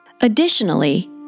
Additionally